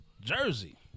Jersey